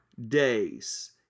days